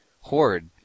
horde